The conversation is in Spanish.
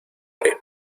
haré